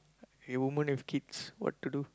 a woman with kids what to do